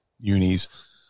unis